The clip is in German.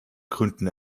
gründen